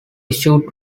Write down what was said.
issued